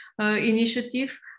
initiative